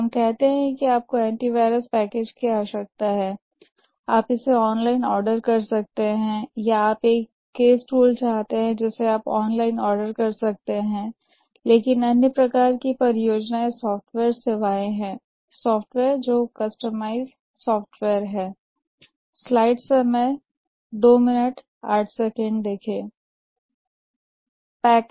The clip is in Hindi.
हमें कहते हैं कि आपको एंटीवायरस पैकेज की आवश्यकता है आप इसे ऑनलाइन ऑर्डर कर सकते हैं या आप एक केस टूल चाहते हैं जिसे आप ऑनलाइन ऑर्डर कर सकते हैं लेकिन अन्य प्रकार की परियोजनाएं सॉफ्टवेयर सेवाएं हैं सेवाएं जो कस्टमाइज सॉफ्टवेयर हैं